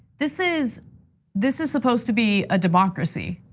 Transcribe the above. this is this is supposed to be a democracy.